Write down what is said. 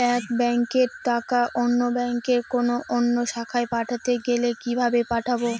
এক ব্যাংকের টাকা অন্য ব্যাংকের কোন অন্য শাখায় পাঠাতে গেলে কিভাবে পাঠাবো?